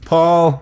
Paul